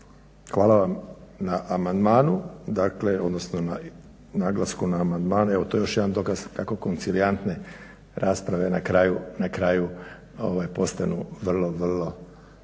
hvala vam na amandmanu, odnosno na naglasku na amandmane, evo to je još jedan dokaz kako koncilijantne rasprave na kraju postanu vrlo, vrlo